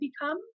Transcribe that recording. become